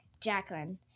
Jacqueline